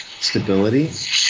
stability